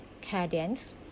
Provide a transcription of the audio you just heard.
cadence